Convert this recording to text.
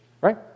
Right